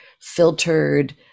filtered